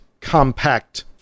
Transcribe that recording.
compact